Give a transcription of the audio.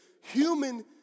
human